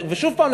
ושוב פעם,